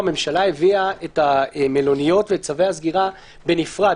הממשלה הביאה בזמנו את המלוניות ואת צווי הסגירה בנפרד,